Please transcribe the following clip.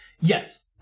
Yes